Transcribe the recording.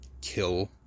Kill